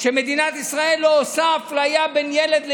שבו מדינת ישראל לא עושה אפליה בין ילד לילד,